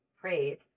prayed